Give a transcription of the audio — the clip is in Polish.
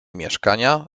mieszkania